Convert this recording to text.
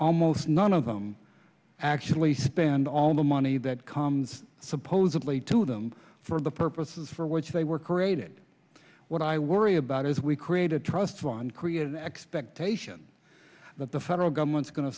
almost none of them actually spend all the money that comes supposedly to them for the purposes for which they were created what i worry about is we create a trust fund created an expectation that the federal government's going to